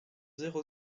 zéro